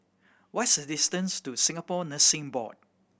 what's the distance to Singapore Nursing Board